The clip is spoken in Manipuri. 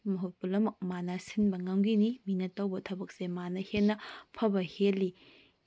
ꯁꯨꯝ ꯍꯦꯛ ꯄꯨꯝꯅꯃꯛ ꯃꯥꯅ ꯁꯤꯟꯕ ꯉꯝꯈꯤꯅꯤ ꯃꯤꯅ ꯇꯧꯕ ꯊꯕꯛꯁꯦ ꯃꯥꯅ ꯍꯦꯟꯅ ꯐꯕ ꯍꯦꯟꯂꯤ